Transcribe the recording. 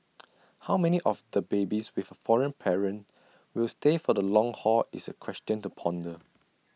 how many of the babies with A foreign parent will stay for the long haul is A question to ponder